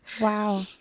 wow